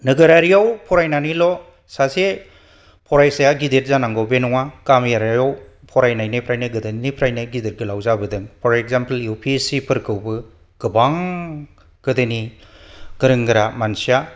नोगोरारियाव फरायनानैल' सासे फरायसाया गिदिर जानांगौ बे नङा गामिआरियाव फरायनायनिफ्रायनो गोदोनिफ्राय गिदित गोलाव जाबोदों for example U P S C फोरखौबो गोबां गोदोनि गोरों गोरा मानसिया